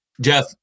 Jeff